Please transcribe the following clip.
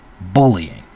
bullying